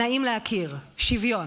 נעים להכיר, שוויון.